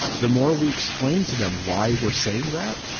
the more we explain to them why we're saying that,